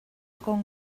kong